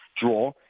draw